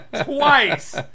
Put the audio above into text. twice